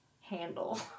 handle